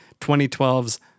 2012's